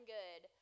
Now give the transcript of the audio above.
good